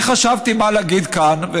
אני חשבתי מה להגיד כאן,